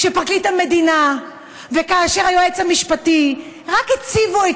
כשפרקליט המדינה וכשהיועץ המשפטי רק הציבו את